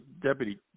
Deputy